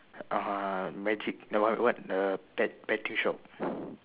uh magic no what what uh bet~ betting shop